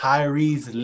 Kyrie's